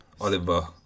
Oliver